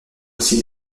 aussi